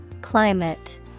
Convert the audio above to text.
Climate